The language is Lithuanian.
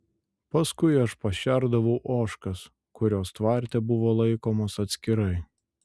paskui aš pašerdavau ožkas kurios tvarte buvo laikomos atskirai